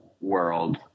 world